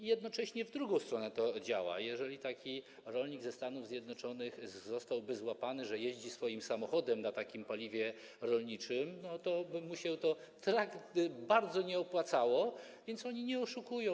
A jednocześnie w drugą stronę to działa - jeżeliby taki rolnik ze Stanów Zjednoczonych został złapany na tym, że jeździ swoim samochodem na takim paliwie rolniczym, toby mu się to tak bardzo nie opłacało, więc oni nie oszukują.